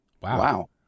Wow